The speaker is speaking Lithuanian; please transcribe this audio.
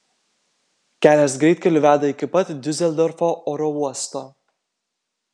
kelias greitkeliu veda iki pat diuseldorfo oro uosto